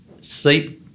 sleep